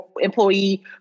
employee